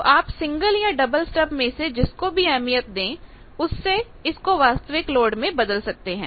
तो आप सिंगल या डबल स्टब में से जिसको भी अहमियत दें उससे इसको वास्तविक लोड में बदल सकते हैं